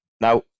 Now